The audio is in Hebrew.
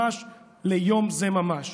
ליום זה ממש.